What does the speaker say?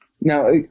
Now